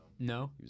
No